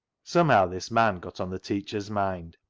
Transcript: somehow this man got on the teacher's mind,